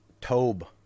Tobe